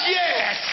yes